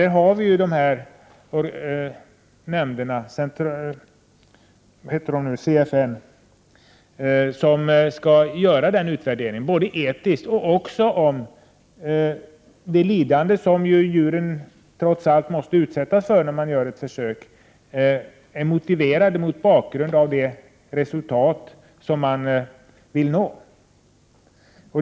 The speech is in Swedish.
Där har vi CFN som skall göra denna utvärdering. Det gäller både den etiska sidan och huruvida det lidande som djuren trots allt måste utsättas för vid försök är motiverat mot bakgrund av det resultat man vill nå.